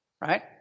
right